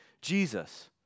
Jesus